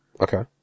Okay